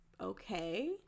okay